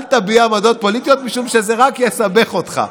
אל תביע עמדות פוליטיות, משום שזה רק יסבך אותך.